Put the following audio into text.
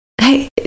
Hey